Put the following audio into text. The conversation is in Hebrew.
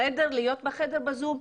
חדר ולהיות בו ב-זום.